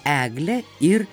eglę ir